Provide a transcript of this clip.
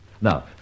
Now